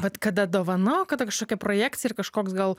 vat kada dovana o kada kažkokia projekcija ir kažkoks gal